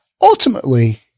ultimately